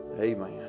Amen